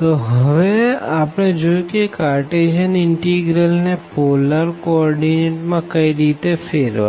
તો હવે આપણે જોસુ કે કાઅર્તેસિયન ઇનટીગ્રલ ને પોલર કો ઓર્ડીનેટ માં કઈ રીતે ફેરવાય